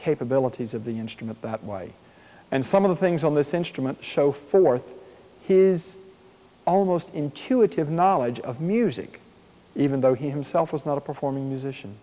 capabilities of the instrument that way and some of the things on this instrument show forth his almost intuitive knowledge of music even though he himself was not a performing musician